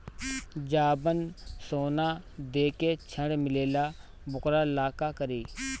जवन सोना दे के ऋण मिलेला वोकरा ला का करी?